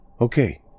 okay